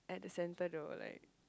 at the center though like